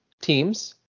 teams